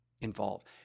involved